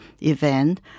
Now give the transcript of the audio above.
event